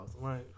right